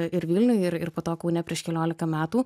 ir vilniuj ir ir po to kaune prieš keliolika metų